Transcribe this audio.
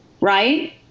Right